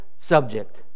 subject